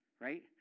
right